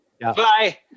bye